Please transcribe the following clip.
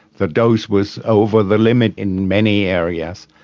the dose was over the limit in many areas.